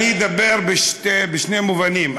אני אדבר בשני מובנים.